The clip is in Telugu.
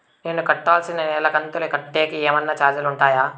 నేను కట్టాల్సిన నెల కంతులు కట్టేకి ఏమన్నా చార్జీలు ఉంటాయా?